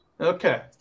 Okay